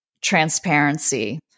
transparency